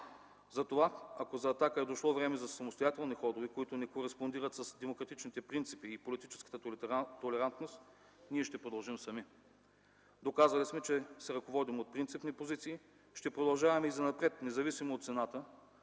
Затова, ако за „Атака” е дошло време за самостоятелни ходове, които не кореспондират с демократичните принципи и политическата толерантност, ние ще продължим сами. Доказали сме, че се ръководим от принципни позиции. Ще продължаваме и занапред, независимо от цената,